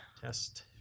Test